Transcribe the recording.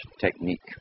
technique